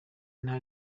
nta